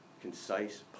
concise